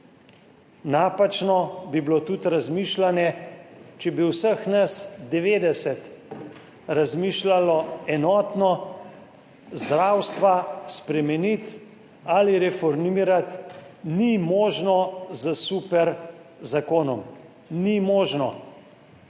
Napačno bi bilo tudi razmišljanje, če bi vseh nas 90 razmišljalo enotno. Zdravstva spremeniti ali reformirati ni možno s super zakonom. Ni možno